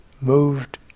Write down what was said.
moved